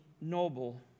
noble